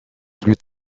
plus